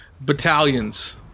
battalions